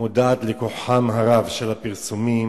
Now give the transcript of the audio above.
מודעת לכוחם הרב של הפרסומים